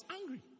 angry